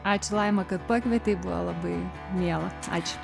ačiū laima kad pakvietei buvo labai miela ačiū